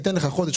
ייתן לך חודש,